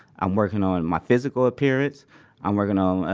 i'm working on my physical appearance i'm working on,